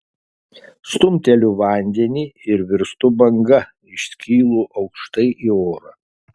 stumteliu vandenį ir virstu banga iškylu aukštai į orą